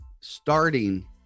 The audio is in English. starting